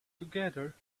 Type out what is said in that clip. together